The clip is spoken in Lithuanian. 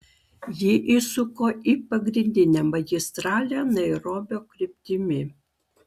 ji įsuko į pagrindinę magistralę nairobio kryptimi